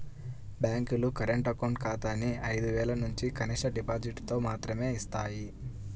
బ్యేంకులు current account ఖాతాని ఐదు వేలనుంచి కనిష్ట డిపాజిటుతో మాత్రమే యిస్తాయి